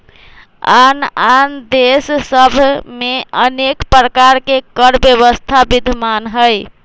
आन आन देश सभ में अनेक प्रकार के कर व्यवस्था विद्यमान हइ